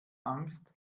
angst